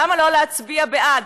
למה לא להצביע בעד?